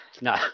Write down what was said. no